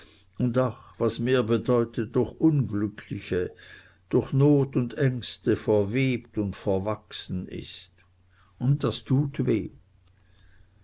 ach was mehr bedeutet durch unglückliche durch not und ängste verwebt und verwachsen ist und das tut weh